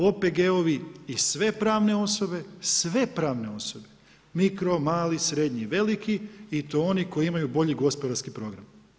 OPG-ovi i sve pravne osobe, sve pravne osobe mikro, mali, srednji, veliki i to oni koji imaju bolji gospodarski program.